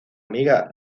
amiga